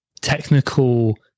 technical